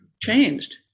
changed